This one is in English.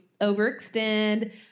overextend